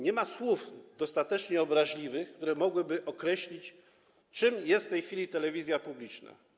Nie ma słów dostatecznie obraźliwych, które mogłyby określić, czym jest w tej chwili telewizja publiczna.